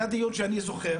אני זוכר